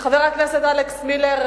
שחבר הכנסת אלכס מילר,